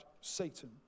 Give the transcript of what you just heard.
Satan